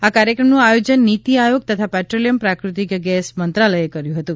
આ કાર્યક્રમનું આયોજન નિતિ આયોગ તથા પેટ્રોલિયમ પ્રાકૃતિક ગેસ મંત્રાલયે કર્યું હતું